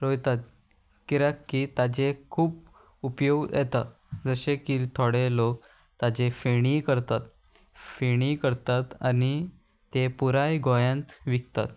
रोयतात किऱ्याक की ताजे खूब उपयोग येता जशे की थोडे लोक ताजे फेणी करतात फेणी करतात आनी ते पुराय गोंयांत विकतात